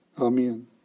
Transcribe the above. Amen